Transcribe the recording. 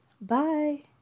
Bye